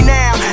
now